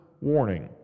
warning